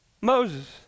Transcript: Moses